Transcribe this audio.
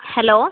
hello